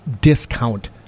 discount